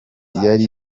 yari